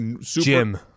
Jim